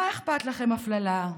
מה אכפת לכם הפללה?